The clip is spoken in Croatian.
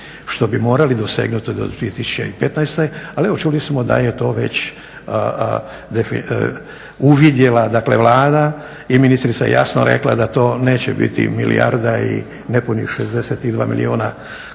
što bi morali dosegnuti do 2015., ali čuli smo da je to već uvidjela Vlada i ministrica je jasno rekla da to neće biti milijarda i nepunih 62 milijuna kuna